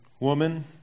Woman